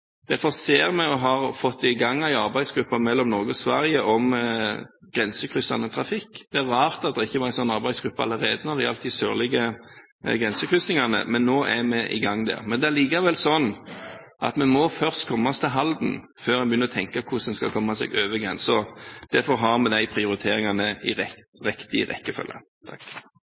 Derfor har vi fått i gang en arbeidsgruppe som skal se på grensekryssende trafikk mellom Norge og Sverige. Det er rart at det ikke har vært en sånn arbeidsgruppe allerede når det gjelder de sørlige grensekryssingene, men nå er vi i gang der. Men det er likevel sånn at vi først må komme oss til Halden før vi begynner å tenke på hvordan vi skal komme oss over grensen. Derfor har vi disse prioriteringene i riktig rekkefølge.